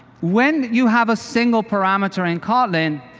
when you have a single parameter in kotlin,